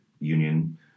union